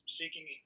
seeking